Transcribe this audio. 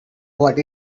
what